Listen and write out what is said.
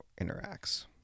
interacts